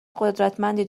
قدرتمندی